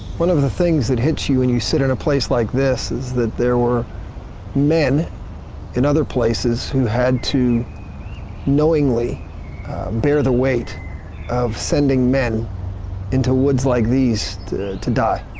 one of the things that hits you when and you sit in a place like this is that there were men in other places who had to knowingly bear the weight of sending men into woods like these to to die.